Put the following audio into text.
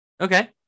Okay